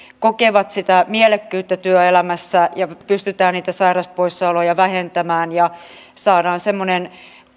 kokevat sitä mielekkyyttä työelämässä ja pystytään niitä sairaspoissaoloja vähentämään ja saadaan semmoinen